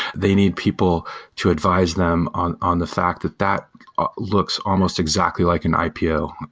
they need people to advise them on on the fact that that looks almost exactly like an ipo,